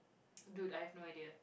dude I have no idea